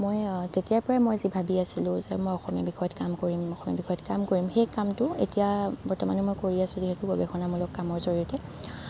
মই তেতিয়াৰ পৰাই মই যি ভাবি আছিলোঁ যে মই অসমীয়া বিষয়ত কাম কৰিম অসমীয়া বিষয়ত কাম কৰিম সেই কামটো এতিয়া বৰ্তমানে মই কৰি আছোঁ যিহেতু গৱেষণামূলক কামৰ জড়িয়তে